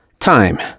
Time